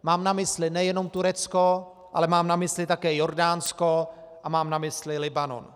Mám na mysli nejenom Turecko, ale mám na mysli také Jordánsko a mám na mysli Libanon.